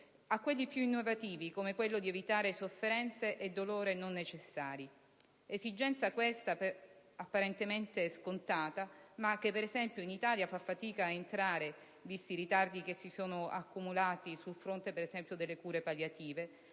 a quelli più innovativi come quello di evitare sofferenze e dolore non necessari. Esigenza, questa, apparentemente scontata ma che, in Italia, fa fatica ad entrare, visti i ritardi che si sono accumulati sul fronte per esempio delle cure palliative.